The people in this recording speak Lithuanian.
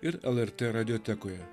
ir lrt radiotekoje